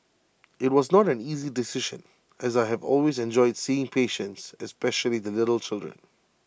IT was not an easy decision as I have always enjoyed seeing patients especially the little children